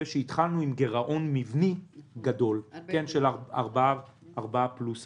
הוא שהתחלנו עם גירעון מבני גדול של כ-4% +.